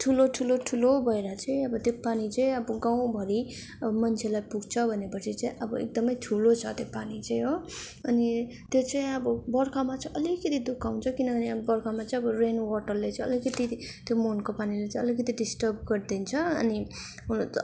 ठुलो ठुलो ठुलो भएर चाहिँ अब त्यो पानी चाहिँ अब गाउँभरि अब मान्छेलाई पुग्छ भने पछि चाहिँ अब एकदमै ठुलो छ त्यो पानी चाहिँ हो अनि त्यो चाहिँ अब बर्खामा चाहिँ अलिकति दुःख हुन्छ किनभने अब बर्खामा चाहिँ रेन वाटरले चाहिँ अलिकति त्यो मुहानको पानीलाई चाहिँ अलिकति डिस्ट्रब गरिदिन्छ अनि